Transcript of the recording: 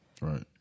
Right